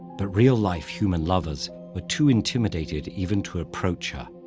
but real-life human lovers were too intimidated even to approach her.